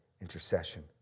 intercession